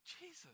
Jesus